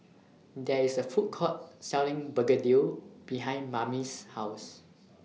There IS A Food Court Selling Begedil behind Mamie's House